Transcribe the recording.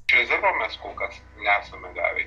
tai rezervo mes kol kas nesame gavę